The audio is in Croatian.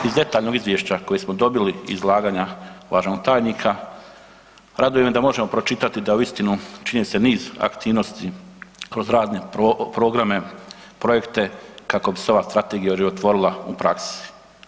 Iz detaljnog izvješća koje smo dobili, izlaganja uvaženog tajnika raduje me da možemo pročitati da uistinu činjenice, niz aktivnosti kroz razne programe, projekte kako bi se ova strategija oživotvorila u praksi.